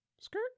Skirt